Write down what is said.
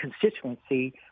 constituency